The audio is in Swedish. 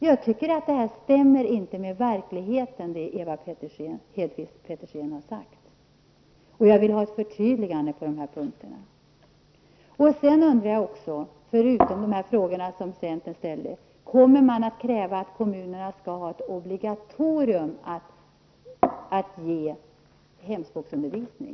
Jag tycker inte att det som Ewa Hedkvist Petersen har sagt stämmer med verkligenheten, och jag vill ha ett förtydligande på de här punkterna. Jag undrar också förutom de frågor som har ställts från centerhåll om man kommer att kräva att det skall vara obligatoriskt för kommunerna att ge hemspråksundervisning.